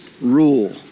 rule